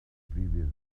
previous